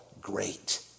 great